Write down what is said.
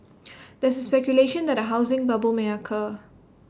there is speculation that A housing bubble may occur